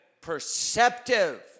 perceptive